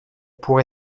pour